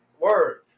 Word